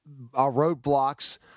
roadblocks